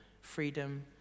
freedom